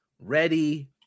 ready